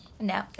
No